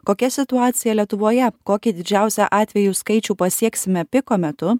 kokia situacija lietuvoje kokį didžiausią atvejų skaičių pasieksime piko metu